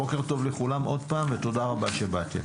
עוד פעם, בוקר טוב לכולם ותודה רבה שבאתם.